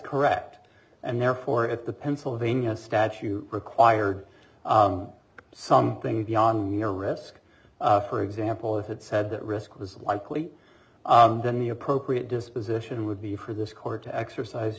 correct and therefore if the pennsylvania statute required something beyond your risk for example if it said that risk was likely then the appropriate disposition would be for this court to exercise